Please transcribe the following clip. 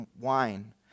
wine